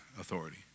authority